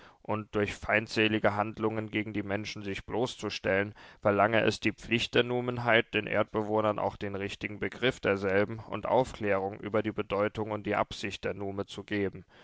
und durch feindselige handlungen gegen die menschen sich bloßzustellen verlange es die pflicht der numenheit den erdbewohnern auch den richtigen begriff derselben und aufklärung über die bedeutung und die absicht der nume zu geben